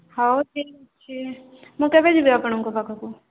ହଉ ମୁଁ କେବେ ଯିବି ଆପଣଙ୍କ ପାଖକୁ